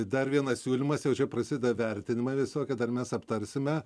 dar vienas siūlymas jau čia prasideda vertinimai visokie dar mes aptarsime